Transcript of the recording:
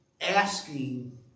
asking